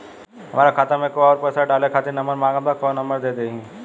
हमार खाता मे केहु आउर पैसा डाले खातिर नंबर मांगत् बा कौन नंबर दे दिही?